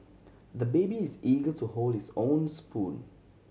the baby is eager to hold his own spoon